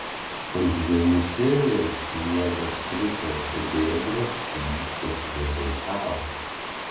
už jenisiejaus sniegas krito žuvėdros klykė prie baikalo